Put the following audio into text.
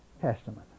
Testament